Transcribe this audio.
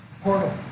Portal